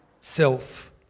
self